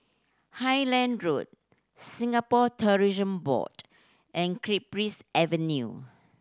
Highland Road Singapore Tourism Board and Cypress Avenue